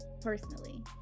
personally